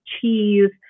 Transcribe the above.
cheese